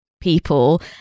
people